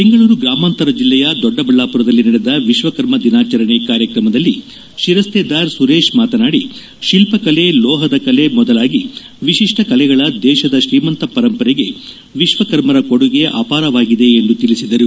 ಬೆಂಗಳೂರು ಗ್ರಾಮಾಂತರ ಜಿಲ್ಲೆಯ ದೊಡ್ಡಬಳ್ಳಾಪುರದಲ್ಲಿ ನಡೆದ ವಿಶ್ವಕರ್ಮ ದಿನಾಚರಣೆ ಕಾರ್ಯಕ್ರಮದಲ್ಲಿ ಶಿರಸ್ತೇದಾರ್ ಸುರೇಶ್ ಮಾತನಾಡಿ ತಿಲ್ಲಕಲೆ ಲೋಹದ ಕಲೆ ಮೊದಲಾಗಿ ವಿಶಿಷ್ಟ ಕಲೆಗಳ ದೇಶದ ಶ್ರೀಮಂತ ಪರಂಪರೆಗೆ ವಿಶ್ವಕರ್ಮರ ಕೊಡುಗೆ ಅಪಾರವಾಗಿದೆ ಎಂದು ತಿಳಿಸಿದರು